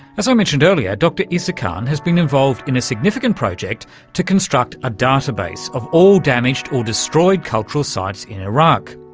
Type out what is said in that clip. as i mentioned earlier, dr isakhan has been involved in a significant project to construct a database of all damaged or destroyed cultural sites in iraq.